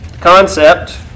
Concept